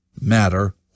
matter